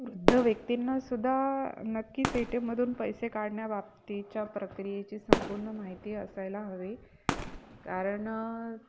वृद्ध व्यक्तींना सुद्धा नक्कीच ए टी एमधून पैसे काढण्या बाबतीच्या प्रक्रियेची संपूर्ण माहिती असायला हवी कारण